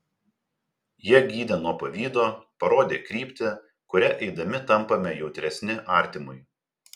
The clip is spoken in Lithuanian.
jie gydė nuo pavydo parodė kryptį kuria eidami tampame jautresni artimui